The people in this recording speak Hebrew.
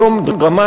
הוא יום דרמטי,